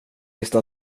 visste